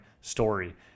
story